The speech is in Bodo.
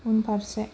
उनफारसे